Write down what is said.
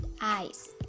eyes